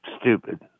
stupid